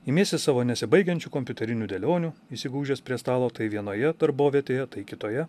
imiesi savo nesibaigiančių kompiuterinių dėlionių įsigūžęs prie stalo tai vienoje darbovietėje tai kitoje